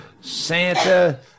Santa